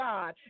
God